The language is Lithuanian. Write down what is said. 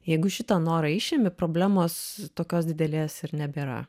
jeigu šitą norą išimi problemos tokios didelės ir nebėra